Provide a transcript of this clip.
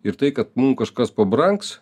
ir tai kad mum kažkas pabrangs